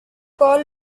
call